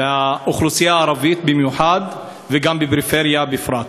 באוכלוסייה הערבית במיוחד ובפריפריה בפרט.